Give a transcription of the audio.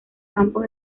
campos